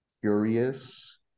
curious